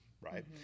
Right